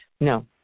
No